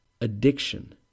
addiction